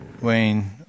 Wayne